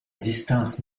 distance